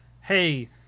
hey